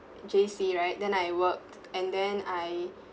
J_C right then I worked and then I